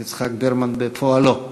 את יצחק ברמן בפועלו.